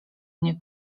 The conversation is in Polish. mnie